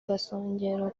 gasongero